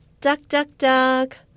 Duck-duck-duck